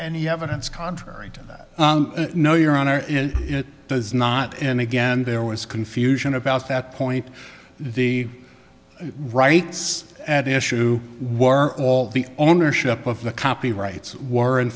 any evidence contrary to that no your honor it does not and again there was confusion about that point the rights at issue were all the ownership of the copyrights were in